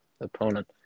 opponent